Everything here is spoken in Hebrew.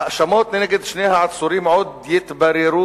ההאשמות נגד שני העצורים עוד יתבררו